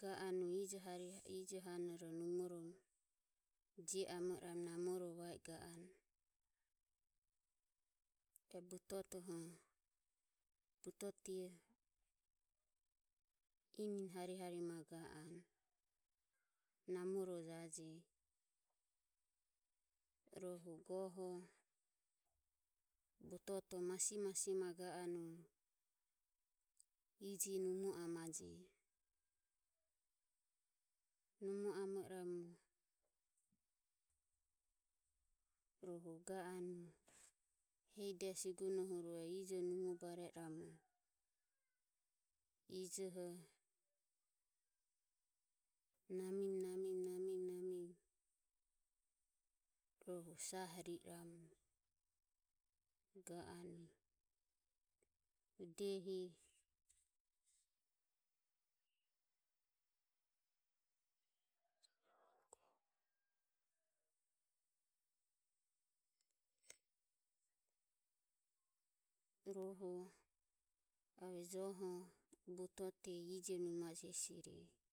ga anue ijo hari. ijo hane ijoro numorom jio amo iramu namoro va e ga anue. E butoto ho e butoto inin hari hari ga amo anue namoro jaje. Rohu goho butoto masi masi ma ga anue ije numo amaje numo amo iramu ro hug a anue hehi de siguno huro e ijoho numobare i ramu ijoho namim, namim. namim rohu sahori iramu ga anue diehi rohu ave joho. butote ije numaje joho je.